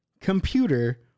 computer